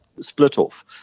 split-off